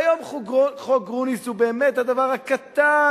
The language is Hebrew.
והיום חוק גרוניס הוא באמת הדבר הקטן,